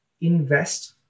invest